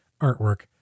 artwork